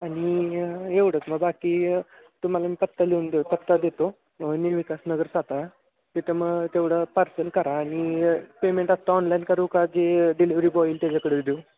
आणि एवढंच मग बाकी तुम्हाला मी पत्ता लिहून देऊ पत्ता देतो निर्विकास नगर सातारा तिथं मग तेवढं पार्सल करा आणि पेमेंट आता ऑनलाईन करू का जे डिलिवरी बॉय येईल त्याच्याकडंच देऊ